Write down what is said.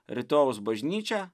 rytojaus bažnyčia